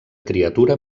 criatura